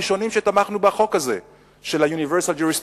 הראשונים שתמכנו בחוק הזה של ה-Universal Jurisdiction,